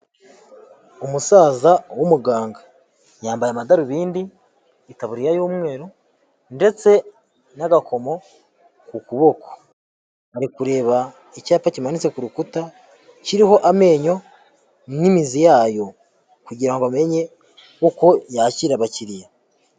Umusaza w'umuganga yambaye amadarubindi, itaburiya y'umweru, ndetse n'agakomo ku kuboko, ndi kureba icyapa kimanitse ku rukuta kiriho amenyo n'imizi yayo kugirango amenye uko yakira abakiriya.